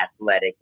athletic